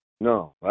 No